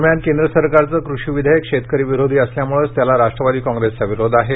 दरम्यान केंद्र सरकारचं कृषी विधेयक शेतकरी विरोधी असल्यामुळेच त्याला राष्ट्रवादी काँग्रेसचा विरोध आहे